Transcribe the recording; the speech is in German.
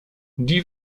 die